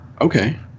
okay